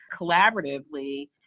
collaboratively